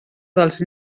dels